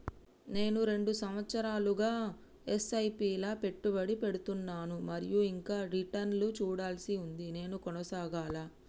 నేను రెండు సంవత్సరాలుగా ల ఎస్.ఐ.పి లా పెట్టుబడి పెడుతున్నాను మరియు ఇంకా రిటర్న్ లు చూడాల్సి ఉంది నేను కొనసాగాలా?